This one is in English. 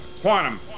quantum